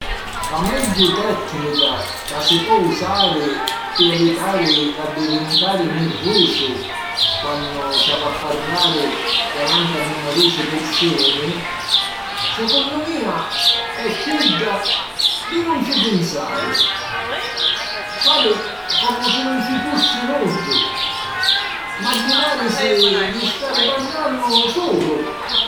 La megghiu tècnica ca si po usari pi evitari d'addivintari nirvusu quannu s'havi a parrari davanti a numerusi pirsuni, secunnu mia è chidda di nun ci pinsari. Fari comu si nun ci fussi nuddu, mmaginàrisi di stari parrannu sulu.